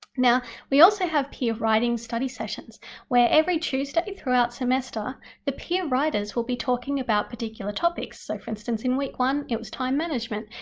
now we also have peer writing study sessions where every tuesday throughout semester the peer writers will be talking about particular topics. so for instance in week one it was time management,